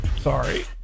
Sorry